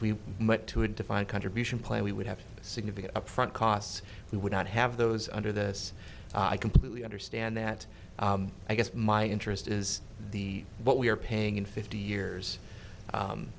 we but to a defined contribution plan we would have significant upfront costs we would not have those under this i completely understand that i guess my interest is the what we are paying in fifty years